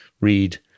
read